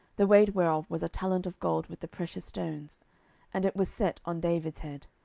the weight whereof was a talent of gold with the precious stones and it was set on david's head.